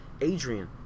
Adrian